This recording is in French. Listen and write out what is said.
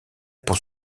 pour